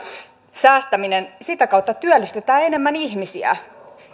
säästäminen sitä kautta työllistetään enemmän ihmisiä